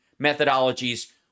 methodologies